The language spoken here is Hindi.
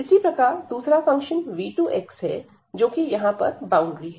इसी प्रकार दूसरा फंक्शन v2x है जो कि यहां पर बाउंड्री है